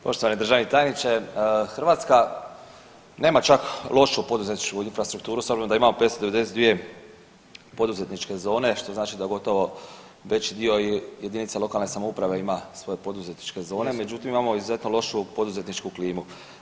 Poštovani državni tajniče, Hrvatska nema čak lošu poduzetničku infrastrukturu s obzirom da ima 592 poduzetničke zone što znači da gotovo veći dio i jedinica lokale samouprave ima svoje poduzetničke zone međutim imamo izuzetno lošu poduzetničku klimu.